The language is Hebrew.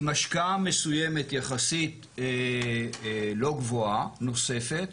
עם השקעה מסוימת, יחסית לא גבוהה, נוספת,